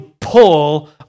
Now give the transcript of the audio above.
pull